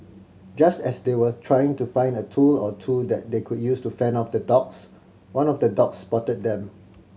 just as they were trying to find a tool or two that they could use to fend off the dogs one of the dogs spotted them